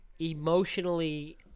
emotionally